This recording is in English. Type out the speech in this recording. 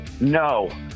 no